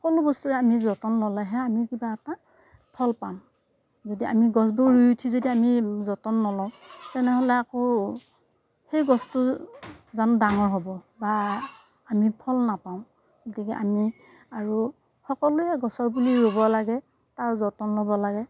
সকলো বস্তুৰে আমি যতন ল'লেহে আমি কিবা এটা ফল পাম যদি আমি গছবোৰ ৰুই উঠি যদি আমি যতন নলওঁ তেনেহ'লে আকৌ সেই গছটো জানো ডাঙৰ হ'ব বা আমি ফল নাপাওঁ গতিকে আমি আৰু সকলোৱে গছৰ পুলি ৰুৱ লাগে তাৰ যতন ল'ব লাগে